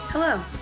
Hello